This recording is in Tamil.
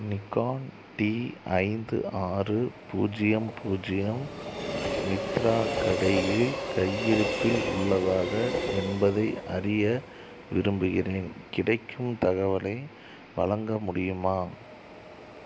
நிக்கோன் டி ஐந்து ஆறு பூஜ்ஜியம் பூஜ்ஜியம் மித்ரா கடையில் கையிருப்பில் உள்ளதாக என்பதை அறிய விரும்புகிறேன் கிடைக்கும் தகவலை வழங்க முடியுமா